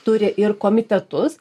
turi ir komitetus